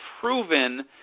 proven